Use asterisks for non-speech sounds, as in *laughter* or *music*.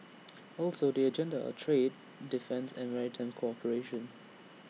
*noise* also the agenda are trade defence and maritime cooperation